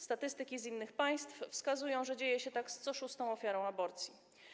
Statystyki z innych państw wskazują, że dzieje się tak z co szóstą ofiarą aborcji.